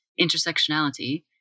intersectionality